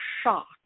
shocked